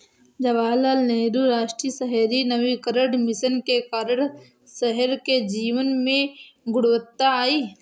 जवाहरलाल नेहरू राष्ट्रीय शहरी नवीकरण मिशन के कारण शहर के जीवन में गुणवत्ता आई